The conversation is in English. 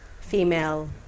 female